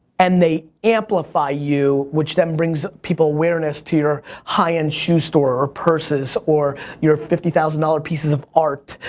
and they amplify you, which then brings people awareness to your high end shoe store, or purses, or your fifty thousand dollars pieces of art.